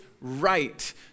right